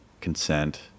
consent